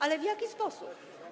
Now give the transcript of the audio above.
Ale w jaki sposób?